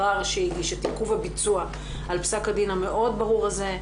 עיכוב הביצוע על פסק הדין המאוד ברור הזה,